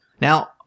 Now